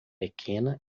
pequena